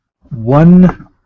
One